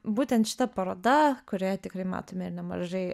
būtent šita paroda kurioje tikrai matome ir nemažai